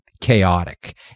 chaotic